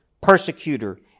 persecutor